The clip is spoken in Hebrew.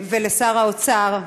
ולשר האוצר,